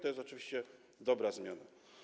To jest oczywiście dobra zmiana.